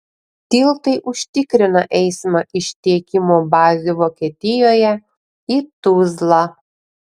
tiltai užtikrina eismą iš tiekimo bazių vokietijoje į tuzlą